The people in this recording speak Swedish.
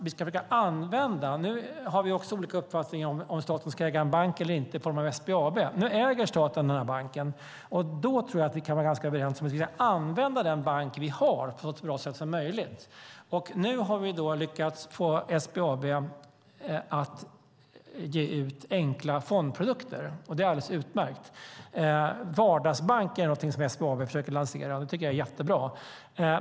Vi har också olika uppfattningar när det gäller om staten ska äga en bank eller inte, här i form av SBAB. Nu äger staten den här banken, och då tror jag att vi kan vara ganska överens om att vi ska använda den bank vi har på ett så bra sätt som möjligt. Nu har vi lyckats få SBAB att ge ut enkla fondprodukter. Det är alldeles utmärkt. Vardagsbank är någonting som SBAB försöker lansera. Det tycker jag är jättebra.